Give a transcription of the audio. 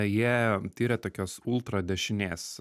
jie tai yra tokios ultra dešinės